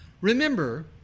Remember